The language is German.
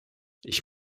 ich